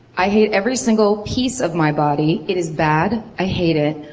i hate every single piece of my body. it is bad. i hate it.